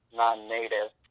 non-native